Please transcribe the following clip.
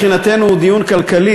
שמבחינתנו הדיון הוא דיון כלכלי,